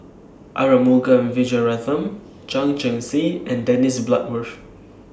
Arumugam Vijiaratnam Chan Chee Seng and Dennis Bloodworth